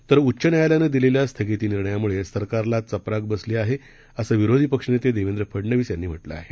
तर उच्चन्यायालयानंदिलेल्यास्थगितीनिर्णयामुळेसरकारलाचपराकबसलीआहे असंविरोधीपक्षनेतेदेवेंद्रफडनवीसयांनी म्हटलं आहे